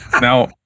Now